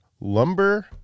lumber